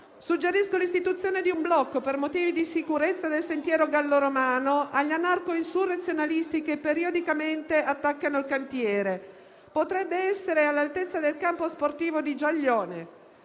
Suggerisco l'istituzione di un blocco, per motivi di sicurezza, del sentiero gallo-romano, agli anarco-insurrezionalisti che periodicamente attaccano il cantiere. Potrebbe essere all'altezza del campo sportivo di Giaglione.